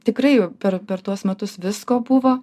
tikrai jau per per tuos metus visko buvo